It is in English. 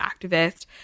activist